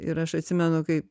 ir aš atsimenu kaip